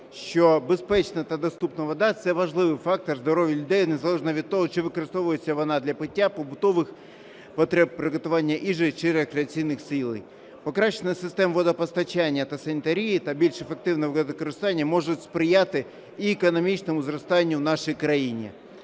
що безпечна та доступна вода – це важливий фактор здоров'я людей, незалежно від того, чи використовується вона для пиття, побутових потреб, приготування їжі чи рекреаційних цілей. Покращена система водопостачання та санітарії та більш ефективне водокористування можуть сприяти і економічному зростанню в нашій країні.